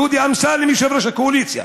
דודי אמסלם, יושב-ראש הקואליציה,